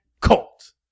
cult